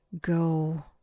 Go